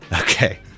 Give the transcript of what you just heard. Okay